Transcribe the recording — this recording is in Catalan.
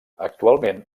actualment